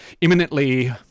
imminently